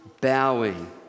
bowing